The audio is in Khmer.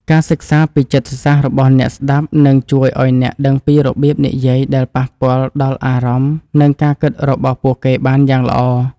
ការសិក្សាពីចិត្តសាស្ត្ររបស់អ្នកស្តាប់នឹងជួយឱ្យអ្នកដឹងពីរបៀបនិយាយដែលប៉ះពាល់ដល់អារម្មណ៍ និងការគិតរបស់ពួកគេបានយ៉ាងល្អ។